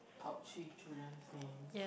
top three children's names